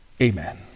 Amen